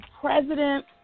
president